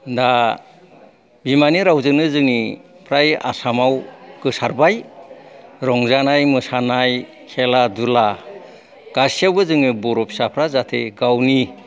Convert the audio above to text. दा बिमानि रावजोंनो जोंनि फ्राय आसामाव गोसारबाय रंजानाय मोसोनाय खेला दुला गासियावबो जोङो बर' फिसाफ्रा जाहाथे गावनि